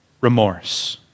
remorse